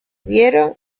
vieron